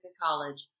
College